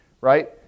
right